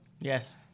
Yes